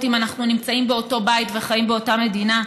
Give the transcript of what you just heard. אם אנחנו נמצאים באותו בית וחיים באותה מדינה.